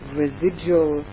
residual